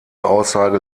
aussage